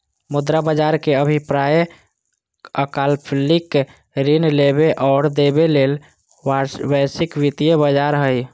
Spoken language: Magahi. मुद्रा बज़ार के अभिप्राय अल्पकालिक ऋण लेबे और देबे ले वैश्विक वित्तीय बज़ार हइ